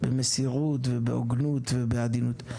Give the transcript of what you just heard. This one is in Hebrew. במסירות ובהוגנות ובעדינות.